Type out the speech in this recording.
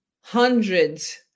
hundreds